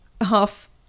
half